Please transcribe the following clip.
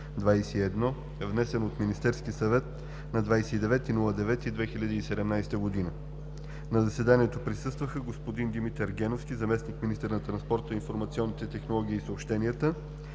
внесен от Министерския съвет на 29 септември 2017 г. На заседанието присъстваха: господин Димитър Геновски – заместник-министър на транспорта, информационните технологии и съобщенията,